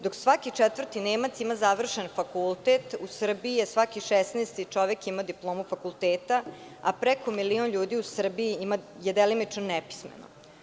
Dok svaki četvrti Nemac ima završen fakultet, u Srbiji svaki 16 čovek ima diplomu fakulteta, a preko milion ljudi u Srbiji je delimično nepismeno.